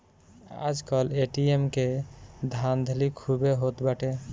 आजकल ए.टी.एम के धाधली खूबे होत बाटे